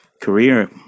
career